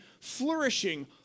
flourishing